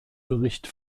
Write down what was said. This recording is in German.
bericht